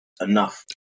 enough